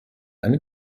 eine